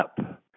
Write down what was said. up